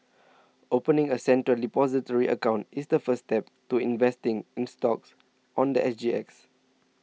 opening a Central Depository account is the first step to investing in stocks on the I G X